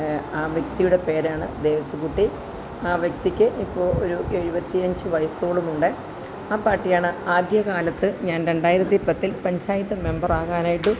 ആ വ്യക്തിയുടെ പേരാണ് ദേവസ്സിക്കുട്ടി ആ വ്യക്തിക്ക് ഇപ്പോൾ ഒരു എഴുപത്തി അഞ്ച് വയസ്സോളമുണ്ട് ആ പാർട്ടിയാണ് ആദ്യകാലത്ത് ഞാൻ രണ്ടായിരത്തി പത്തിൽ പഞ്ചായത്ത് മെമ്പർ ആകാനായിട്ട്